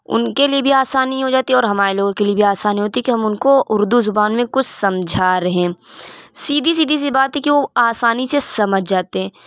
ان کے لیے بھی آسانی ہو جاتی ہے اور ہمارے لوگوں کے بھی آسانی ہوتی ہے کہ ہم ان کو اردو زبان میں کچھ سمجھا رہیں سیدھی سیدھی سی بات یہ ہے کہ وہ آسانی سے سمجھ جاتے ہیں